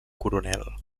coronel